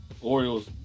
Orioles